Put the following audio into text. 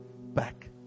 back